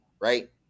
right